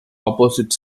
opposite